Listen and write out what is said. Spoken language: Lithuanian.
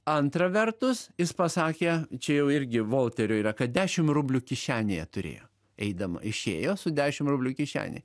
antra vertus jis pasakė čia jau irgi volterio yra kad dešim rublių kišenėje turėjo eidama išėjo su dešim rublių kišenėj